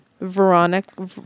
Veronica